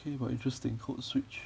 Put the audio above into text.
K but interesting code switch